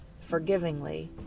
forgivingly